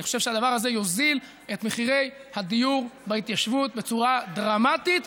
אני חושב שהדבר הזה יוזיל את הדיור בהתיישבות בצורה דרמטית.